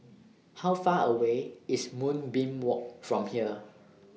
How Far away IS Moonbeam Walk from here